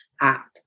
app